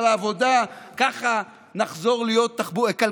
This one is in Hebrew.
ככה נחזיר את המובטלים למעגל העבודה,